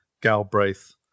Galbraith